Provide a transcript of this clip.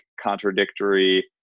contradictory